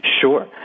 Sure